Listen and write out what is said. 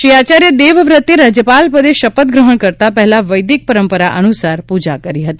શ્રી આચાર્ય દેવવ્રતે રાજ્યપાલ પદે શપથ ગ્રહણ કરતા પહેલાં વૈદિક પરંપરા અનુસાર પૂજા કરી હતી